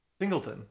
Singleton